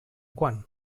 quan